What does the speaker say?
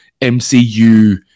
mcu